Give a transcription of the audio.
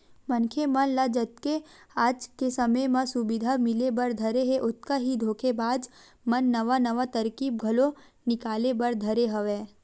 मनखे मन ल जतके आज के समे म सुबिधा मिले बर धरे हे ओतका ही धोखेबाज मन नवा नवा तरकीब घलो निकाले बर धरे हवय